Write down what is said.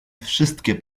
wszystkie